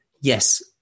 Yes